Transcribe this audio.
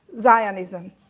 Zionism